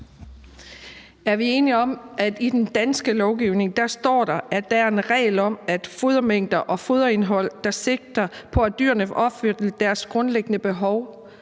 Er vi enige om, at der i den danske lovgivning er en regel om, at fodermængder og foderindhold, der sigter på, at dyrene får opfyldt deres grundlæggende behov,